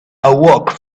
awoke